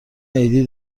عیدی